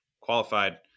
qualified